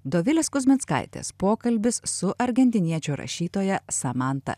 dovilės kuzminskaitės pokalbis su argentiniečių rašytoja samanta